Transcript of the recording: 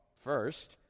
first